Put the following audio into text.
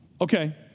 Okay